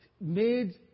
made